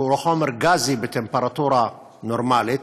שהוא חומר גזי בטמפרטורה נורמלית,